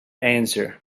answer